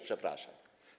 Przepraszam.